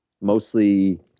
mostly